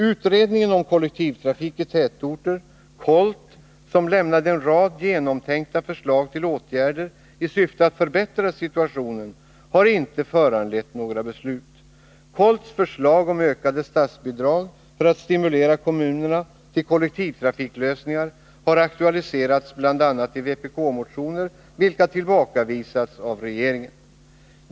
Utredningen om kollektivtrafik i tätorter, KOLT, som lämnade en rad genomtänkta förslag till åtgärder i syfte att förbättra situationen, har inte föranlett några beslut. KOLT:s förslag om ökade statsbidrag för att stimulera kommunerna till kollektivtrafiklösningar har aktualiserats bl.a. i vpk-motioner, vilka tillbakavisats.